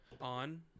on